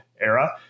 era